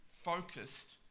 focused